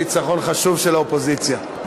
ניצחון חשוב של האופוזיציה.